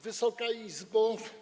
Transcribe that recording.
Wysoka Izbo!